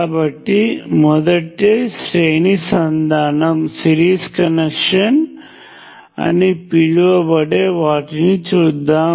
కాబట్టి మొదట శ్రేణి సంధానం అని పిలవబడే వాటిని చూద్దాం